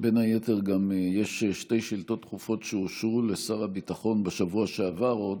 בין היתר גם יש שתי שאילתות דחופות שאושרו לשר הביטחון עוד בשבוע שעבר,